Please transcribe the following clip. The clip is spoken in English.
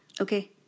Okay